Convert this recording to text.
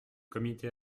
comité